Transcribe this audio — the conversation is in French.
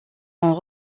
ont